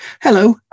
Hello